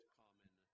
common